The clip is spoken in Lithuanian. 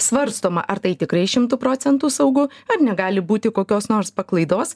svarstoma ar tai tikrai šimtu procentų saugu ar negali būti kokios nors paklaidos